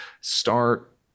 start